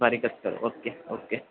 बारीकच करू okay okay